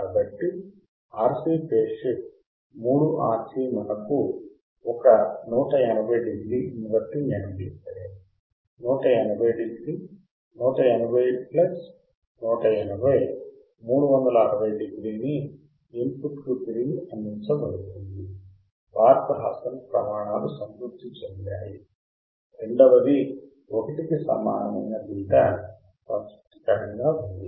కాబట్టి RC phase shift 3 RC మనకు ఒక 180డిగ్రీ ఇన్వర్టింగ్ యాంప్లిఫైయర్ 180 డిగ్రీ 180 ప్లస్ 180 360 డిగ్రీని ఇన్పుట్కు తిరిగి అందించబడుతుంది బార్క్ హాసన్ ప్రమాణాలు సంతృప్తి చెందాయి రెండవది 1 కి సమానమైన బీటా సంతృప్తికరంగా ఉంది